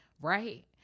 Right